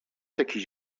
jakiś